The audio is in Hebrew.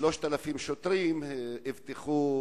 כ-3,000 שוטרים אבטחו